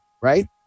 right